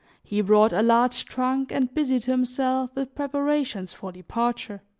he brought a large trunk and busied himself with preparations for departure.